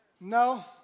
No